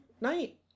night